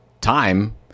time